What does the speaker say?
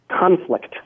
conflict